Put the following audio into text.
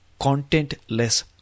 contentless